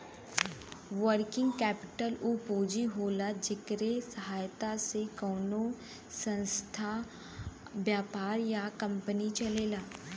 working capital उ पूंजी होला जेकरे सहायता से कउनो संस्था व्यापार या कंपनी चलेला